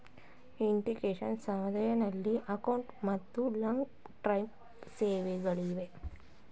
investment service ನಲ್ಲಿ short ಮತ್ತು long term ಸೇವೆಗಳಿಗೆ